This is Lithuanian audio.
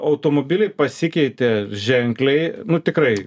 automobiliai pasikeitė ženkliai nu tikrai